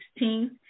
16th